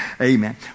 Amen